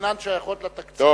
שאינן שייכות לתקציב.